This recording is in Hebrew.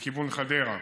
לכיוון חדרה.